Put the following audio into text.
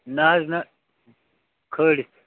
نہ حظ نہ خٲلِتھ